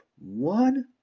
one